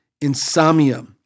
insomnia